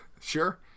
Sure